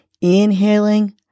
inhaling